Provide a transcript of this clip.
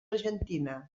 argentina